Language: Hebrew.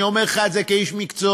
אני אומר לך את זה כאיש מקצוע.